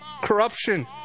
corruption